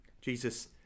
Jesus